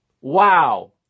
Wow